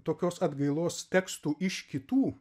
tokios atgailos tekstų iš kitų